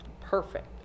perfect